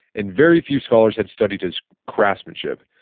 and very few scholars had studied his craftsmanship.